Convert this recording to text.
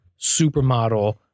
supermodel